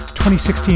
2016